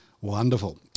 Wonderful